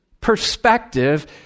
perspective